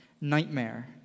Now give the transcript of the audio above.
Nightmare